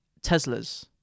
Teslas